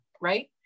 right